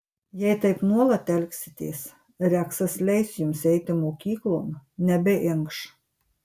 jei taip nuolat elgsitės reksas leis jums eiti mokyklon nebeinkš